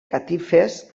catifes